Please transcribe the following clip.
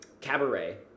Cabaret